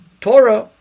Torah